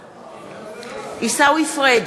בעד עיסאווי פריג'